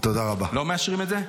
לא מאשרים את זה?